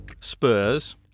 Spurs